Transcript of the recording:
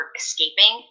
escaping